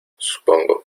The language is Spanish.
supongo